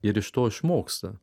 ir iš to išmoksta